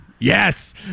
Yes